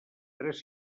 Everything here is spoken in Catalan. tres